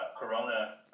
Corona